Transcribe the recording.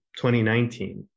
2019